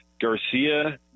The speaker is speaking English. Garcia